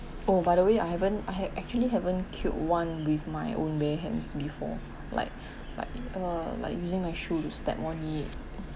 oh by the way I haven't I ha~ actually haven't killed one with my own bare hands before like like uh like using my shoes to step one !ee!